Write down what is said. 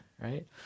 right